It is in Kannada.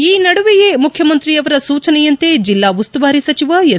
ಈ ನಡುವೆಯೇ ಮುಖ್ಯಮಂತ್ರಿಯವರ ಸೂಚನೆಯಂತೆ ಜಿಲ್ಲಾ ಉಸ್ತುವಾರಿ ಸಚಿವ ಎಸ್